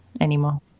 anymore